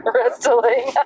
Wrestling